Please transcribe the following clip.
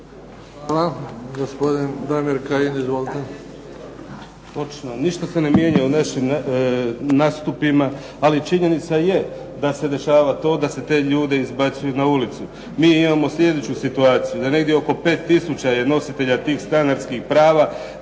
Hvala. Gospodin Damir Kajin. Izvolite.